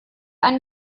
einen